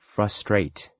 Frustrate